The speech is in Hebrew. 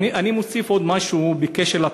אני מוסיף עוד משהו, בקשר לתקציב.